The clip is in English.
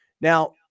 Now